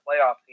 playoff